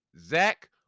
Zach